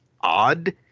odd